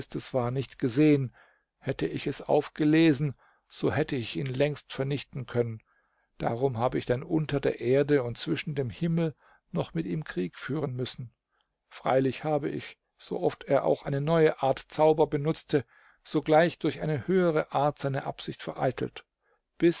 geistes war nicht gesehen hätte ich es aufgelesen so hätte ich ihn längst vernichten können darum habe ich dann unter der erde und zwischen dem himmel noch mit ihm krieg führen müssen freilich habe ich so oft er auch eine neue art zauber benutzte sogleich durch eine höhere art seine absicht vereitelt bis